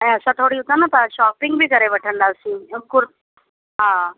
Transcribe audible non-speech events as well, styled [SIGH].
ऐं असां न थोरी उतां त शॉपिंग बि करे वठंदासीं [UNINTELLIGIBLE] हा